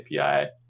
API